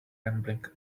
rambling